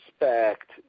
respect